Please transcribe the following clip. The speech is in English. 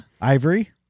Ivory